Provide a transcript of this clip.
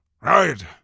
Right